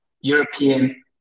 European